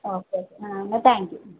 okay ആ എന്നാല് thank you